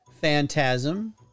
Phantasm